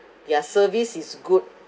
their service is good